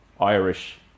Irish